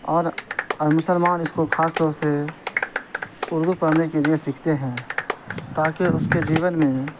اور اور مسلمان اس کو خاص طور سے اردو پڑھنے کے لیے سیکھتے ہیں تاکہ اس کے جیون میں